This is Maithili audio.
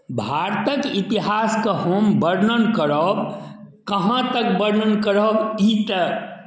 भारतके इतिहासके हम वर्णन करब कहाँ तक वर्णन करब ई तऽ